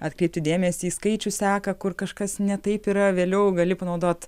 atkreipti dėmesį į skaičių seką kur kažkas ne taip yra vėliau gali panaudot